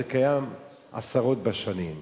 זה קיים עשרות בשנים,